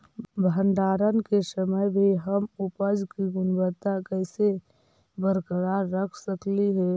भंडारण के समय भी हम उपज की गुणवत्ता कैसे बरकरार रख सकली हे?